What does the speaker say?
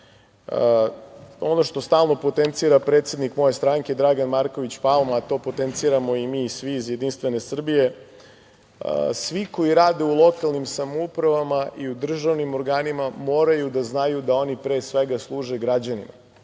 ono što stalno potencira predsednik moje stranke, Dragan Marković Palma, a to potenciramo i mi svi iz Jedinstvene Srbije, svi koji rade u lokalnim samoupravama i u državnim organima moraju da znaju da oni pre svega službe građanima.